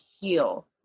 heal